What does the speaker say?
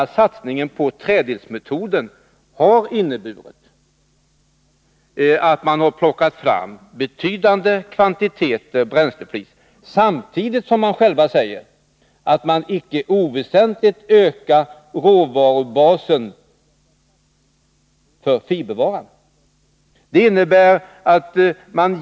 a. satsningen på träddelsmetoden har inneburit att man har fått fram betydande kvantiteter bränsleflis, samtidigt som man icke oväsentligt ökat råvarubasen för fibervara.